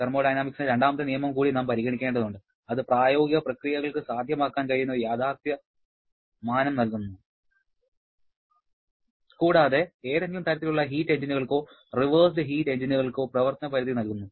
തെർമോഡൈനാമിക്സിന്റെ രണ്ടാമത്തെ നിയമം കൂടി നാം പരിഗണിക്കേണ്ടതുണ്ട് അത് പ്രായോഗിക പ്രക്രിയകൾക്ക് സാധ്യമാക്കാൻ കഴിയുന്ന ഒരു യാഥാർത്ഥ്യ മാനം നൽകുന്നു കൂടാതെ ഏതെങ്കിലും തരത്തിലുള്ള ഹീറ്റ് എഞ്ചിനുകൾക്കോ റിവേഴ്സ്ഡ് ഹീറ്റ് എഞ്ചിനുകൾക്കോ പ്രവർത്തന പരിധി നൽകുന്നു